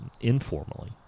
informally